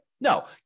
No